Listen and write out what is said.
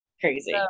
crazy